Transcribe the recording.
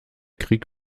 krieg